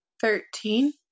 Thirteen